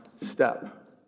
step